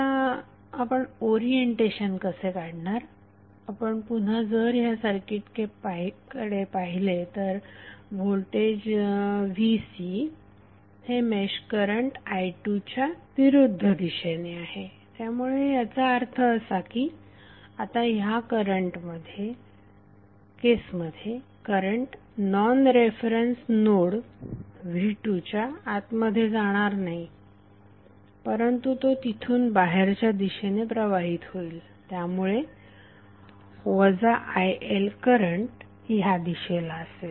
आता आपण ओरिएंटेशन कसे काढणार आपण पुन्हा जर ह्या सर्किटकडे पाहिले तर व्होल्टेज vC हे मेश करंट i2 च्या विरुद्ध दिशेने आहे त्यामुळे याचा अर्थ असा की आता ह्या केस मध्ये current non reference node v2 च्या आत मध्ये जाणार नाही परंतु तो तिथून बाहेरच्या दिशेने प्रवाहित होईल त्यामुळे iLकरंट ह्या दिशेला असेल